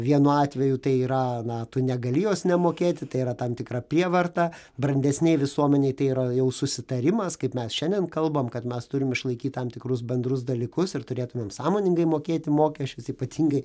vienu atveju tai yra na tu negali jos nemokėti tai yra tam tikra prievarta brandesnėj visuomenėj tai yra jau susitarimas kaip mes šiandien kalbam kad mes turim išlaikyt tam tikrus bendrus dalykus ir turėtumėm sąmoningai mokėti mokesčius ypatingai